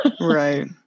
Right